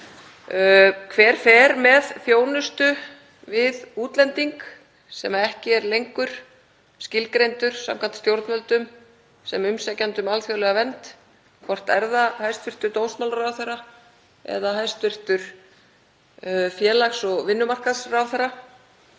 Hver fer með þjónustu við útlending sem ekki er lengur skilgreindur samkvæmt stjórnvöldum sem umsækjandi um alþjóðlega vernd? Hvort er það hæstv. dómsmálaráðherra eða hæstv. félags- og vinnumarkaðsráðherra?